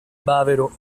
bavero